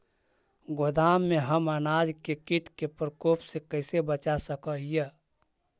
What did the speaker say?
गोदाम में हम अनाज के किट के प्रकोप से कैसे बचा सक हिय?